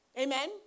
Amen